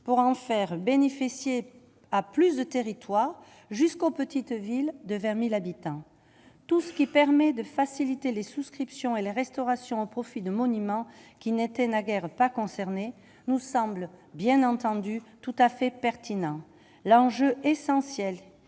pour en faire bénéficier à plus de territoire jusqu'aux petites villes de 20000 habitants, tout ce qui permet de faciliter les souscriptions et la restauration au profit de monuments qui n'étaient naguère pas concernés nous semble bien entendu tout à fait pertinent l'enjeu essentiel